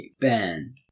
Ben